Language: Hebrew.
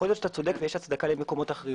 ויש הצדקה למקומות אחרים,